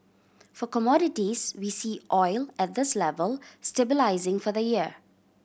for commodities we see oil at this level stabilising for the year